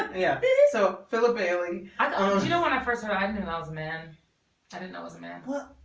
yeah so phillip bailing um oh. you know when i first arrived in miles man i didn't know as a man look.